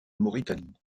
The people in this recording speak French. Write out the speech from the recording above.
mauritanie